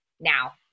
now